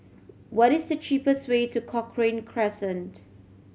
what is the cheapest way to Cochrane Crescent